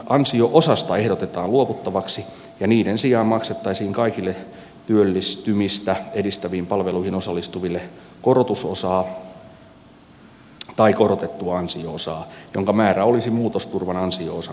ansio osasta ehdotetaan luovuttavaksi ja niiden sijaan maksettaisiin kaikille työllistymistä edistäviin palveluihin osallistuville korotusosaa tai korotettua ansio osaa jonka määrä olisi muutosturvan ansio osan tasoinen